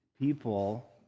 people